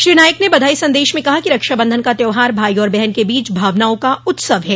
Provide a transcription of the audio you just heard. श्री नाईक ने बधाई संदेश में कहा कि रक्षाबंधन का त्यौहार भाई और बहन के बीच भावनाओं का उत्सव है